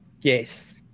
Yes